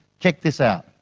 check this out,